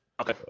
Okay